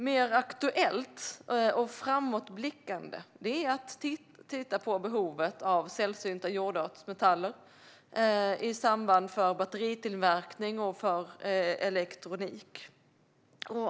Mer aktuellt och framåtblickande är att titta på behovet av sällsynta jordartsmetaller i samband med batteritillverkning och elektronik.